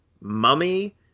mummy